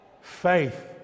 Faith